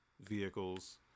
vehicles